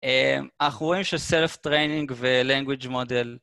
אנחנו רואים שסלף טרנינג ולנגוויג' מודל